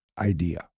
idea